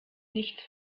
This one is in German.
nichts